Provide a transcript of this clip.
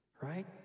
right